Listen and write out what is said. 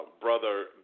Brother